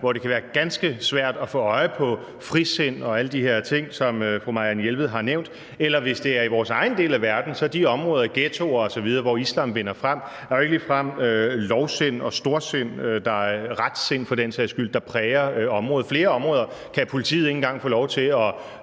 hvor det kan være ganske svært at få øje på frisind og alle de her ting, som fru Marianne Jelved har nævnt, eller om det er i vores egen del af verden, er det i de områder, ghettoer osv., hvor islam vinder frem, ikke ligefrem lovsind, storsind og retsind for den sags skyld, det præges af. Der er flere områder, hvor politiet ikke engang kan få lov til at